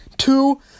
Two